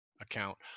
account